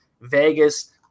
Vegas